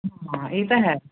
ਹਾਂ ਇਹ ਤਾਂ ਹੈ